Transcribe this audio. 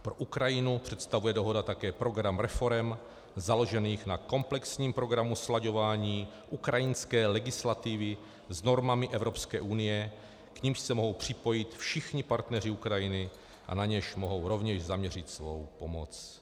Pro Ukrajinu představuje dohoda také program reforem založených na komplexním programu slaďování ukrajinské legislativy s normami Evropské unie, k nimž se mohou připojit všichni partneři Ukrajiny a na něž mohou rovněž zaměřit svou pomoc.